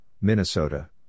Minnesota